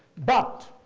but,